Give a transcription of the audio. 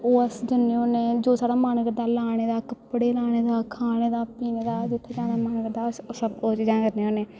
ओ अस जन्ने होन्ने जो साढ़ा मन करदा लाने दा कपड़े लाने दा खाने दा पीने दा जित्थै जाने दा मन करदा अस ओह् सब्भ ओह् चीजां करने होन्ने